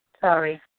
Sorry